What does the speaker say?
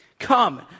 Come